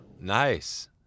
Nice